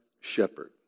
shepherd